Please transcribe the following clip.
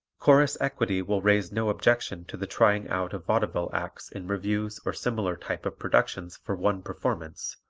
chorus equity will raise no objection to the trying out of vaudeville acts in revues or similar type of productions for one performance,